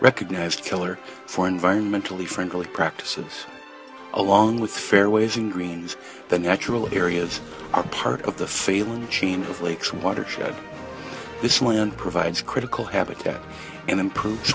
recognized killer for environmentally friendly practices along with fairways and greens the natural areas are part of the failing chain of lakes watershed this one provides critical habitat and improve